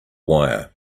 wire